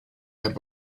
had